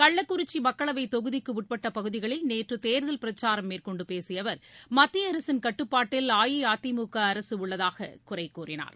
கள்ளக்குறிச்சி மக்களவைத் தொகுதிகுட்பட்ட பகுதிகளில் நேற்று தேர்தல் பிரச்சாரம் மேற்கொண்டு பேசிய அவர் மத்திய அரசின் கட்டுப்பாட்டில் அஇஅதிமுக அரசு உள்ளதாக குறை கூறினார்